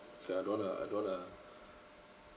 that I don't uh I don't uh